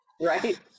Right